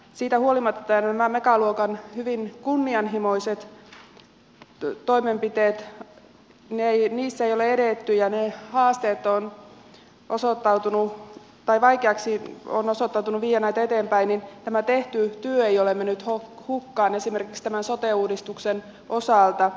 siitä huolimatta että näissä megaluokan hyvin kunnianhimoisissa toimenpiteissä ei ole edetty ja on osoittautunut vaikeaksi viedä näitä haasteita eteenpäin tämä tehty työ ei ole mennyt hukkaan esimerkiksi tämän sote uudistuksen osalta